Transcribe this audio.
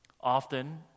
Often